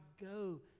go